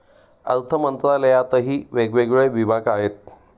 अर्थमंत्रालयातही वेगवेगळे विभाग आहेत